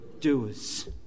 doers